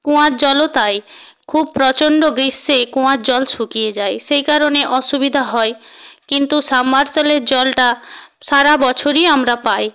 কুয়ার জলও তাই খুব প্রচণ্ড গ্রীষ্মে কুয়ার জল শুকিয়ে যায় সেই কারণে অসুবিধা হয় কিন্তু সাবমেরসিবেলের জলটা সারা বছরই আমরা পাই